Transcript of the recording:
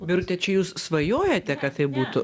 vyruti čia jūs svajojate kad taip būtų